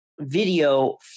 video